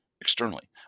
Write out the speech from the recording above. externally